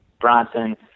Bronson